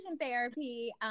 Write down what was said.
therapy